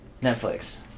Netflix